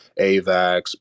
avax